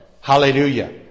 Hallelujah